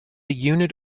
unit